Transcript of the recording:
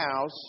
house